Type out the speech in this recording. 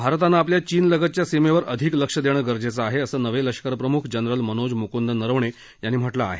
भारतानं आपल्या चीनलगतच्या सीमेवर अधिक लक्षं देणं गरजेचं आहे असं नवे लष्कर प्रमुख जनरल मनोज मुकुंद नरवणे यांनी म्हटलं आहे